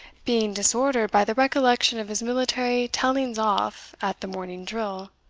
being disordered by the recollection of his military tellings-off at the morning-drill.